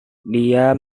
dia